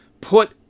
put